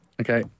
Okay